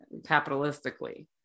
capitalistically